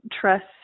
trust